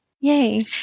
Yay